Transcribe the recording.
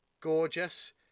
Gorgeous